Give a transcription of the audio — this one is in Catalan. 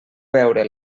veure